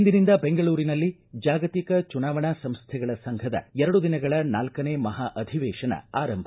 ಇಂದಿನಿಂದ ಬೆಂಗಳೂರಿನಲ್ಲಿ ಜಾಗತಿಕ ಚುನಾವಣಾ ಸಂಸ್ಥೆಗಳ ಸಂಘದ ಎರಡು ದಿನಗಳ ನಾಲ್ಕನೇ ಮಹಾ ಅಧಿವೇಶನ ಆರಂಭ